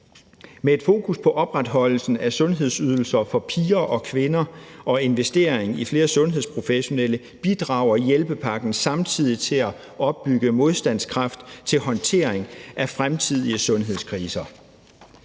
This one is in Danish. Med et fokus på opretholdelsen af sundhedsydelser for piger og kvinder og på investeringer i flere sundhedsprofessionelle bidrager hjælpepakken samtidig til at opbygge modstandskraft til håndtering af fremtidige sundhedskriser.